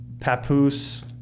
Papoose